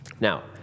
Now